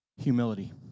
Humility